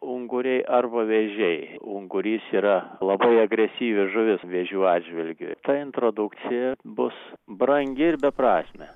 unguriai arba vėžiai ungurys yra labai agresyvi žuvis vėžių atžvilgiu ta introdukcija bus brangi ir beprasmė